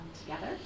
together